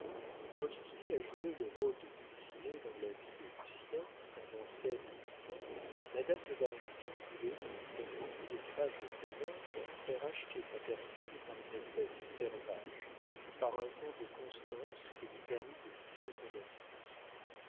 obstinée à jouer le rôle de dulcinée dans la vie de lucien pendant sept à huit ans madame de bargeton voulait comme beaucoup de femmes de province faire acheter sa personne par une espèce de servage par un temps de constance qui lui permît de juger son ami